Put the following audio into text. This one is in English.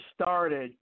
started